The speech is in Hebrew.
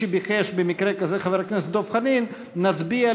קבוצת סיעת מרצ וקבוצת סיעת העבודה לסעיף 8 לא